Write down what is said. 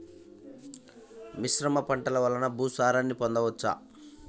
మిశ్రమ పంటలు వలన భూసారాన్ని పొందవచ్చా?